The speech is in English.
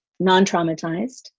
non-traumatized